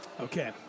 okay